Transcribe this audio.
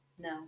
No